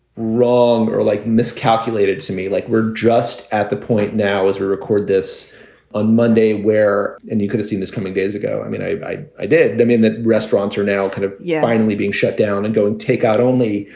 wrong or like miscalculated to me. like we're just at the point now as we record this on monday where and you could see this coming days ago. i mean, i i i did. i mean, that restaurants are now kind of yeah finally being shut down and going take out only.